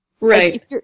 Right